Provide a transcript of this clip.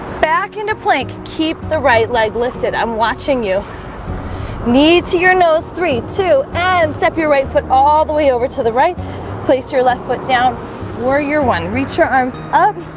back into plank keep the right leg lifted. i'm watching you knee to your nose three two and step your right foot all the way over to the right place your left foot down or your one reach your arms up